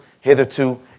hitherto